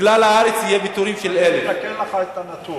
בכלל הארץ יהיו פיטורים של 1,000. אני מתקן לך את הנתון,